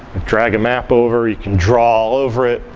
drag a map over, you can draw all over it.